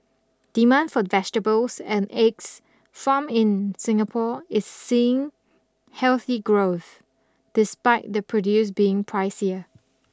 demand for vegetables and eggs farmed in Singapore is seeing healthy growth despite the produce being pricier